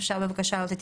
בבקשה.